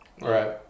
Right